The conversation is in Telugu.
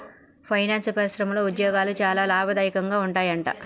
ఫైనాన్స్ పరిశ్రమలో ఉద్యోగాలు చాలా లాభదాయకంగా ఉంటాయట